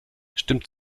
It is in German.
stimmt